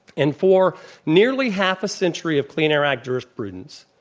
and for nearly half a century of clean air act jurisprudence,